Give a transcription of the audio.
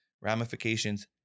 ramifications